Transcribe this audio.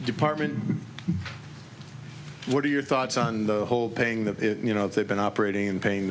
department what are your thoughts on the whole paying that you know if they've been operating and paying